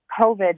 COVID